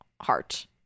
heart